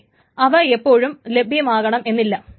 പക്ഷെ അവ എപ്പോഴും ലഭ്യമാകണമെന്ന് ഉറപ്പില്ല